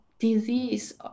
disease